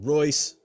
Royce